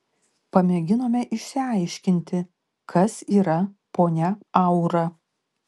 pamėginome išsiaiškinti kas yra ponia aura